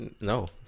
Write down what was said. No